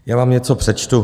Já vám něco přečtu.